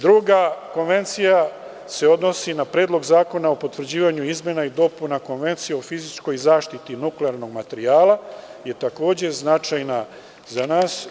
Druga Konvencija se odnosi na Predlog zakona o potvrđivanju Izmena i dopuna Konvencije o fizičkoj zaštiti nuklearnog materijala i ona je takođe značajna za nas.